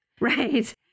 Right